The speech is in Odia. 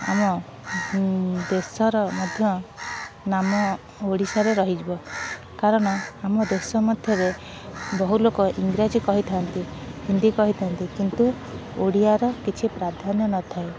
ଆମ ଦେଶର ମଧ୍ୟ ନାମ ଓଡ଼ିଶାରେ ରହିଯିବ କାରଣ ଆମ ଦେଶ ମଧ୍ୟରେ ବହୁଲୋକ ଇଂରାଜୀ କହିଥାନ୍ତି ହିନ୍ଦୀ କହିଥାନ୍ତି କିନ୍ତୁ ଓଡ଼ିଆର କିଛି ପ୍ରାଧାନ୍ୟ ନଥାଏ